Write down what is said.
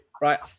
Right